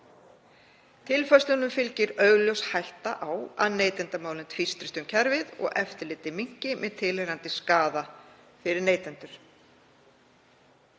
Tilfærslunum fylgir augljós hætta á að neytendamálin tvístrist um kerfið og eftirlitið minnki með tilheyrandi skaða fyrir neytendur.